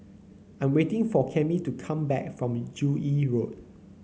I'm waiting for Cammie to come back from Joo Yee Road